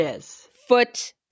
foot